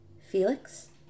Felix